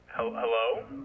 Hello